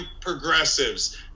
progressives